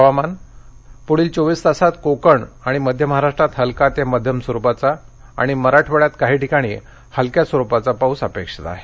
हवामान पुढील चोवीस तासात कोकण मध्य महाराष्ट्रात हलका ते मध्यम आणि मराठवाड्यात काही ठिकाणी हलक्या स्वरुपाचा पाउस अपेक्षित आहे